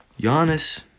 Giannis